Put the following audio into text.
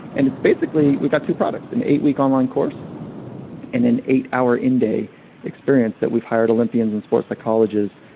and it's basically, we got two products. an eight week online course and an eight hour in day experience that we've hired olympians and sports psychologists